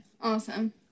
awesome